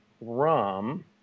rum